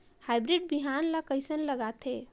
Hybrid बिहान ला कइसन लगाथे?